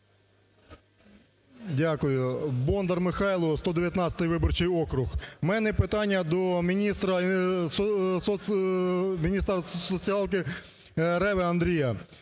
Дякую. Бондар Михайло, 119-й виборчий округ. У мене питання до міністра, міністра соціалки Реви Андрія.